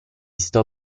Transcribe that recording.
sto